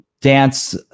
dance